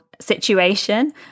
situation